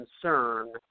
concern